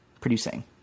producing